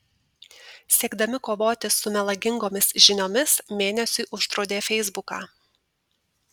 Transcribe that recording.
siekdami kovoti su melagingomis žiniomis mėnesiui uždraudė feisbuką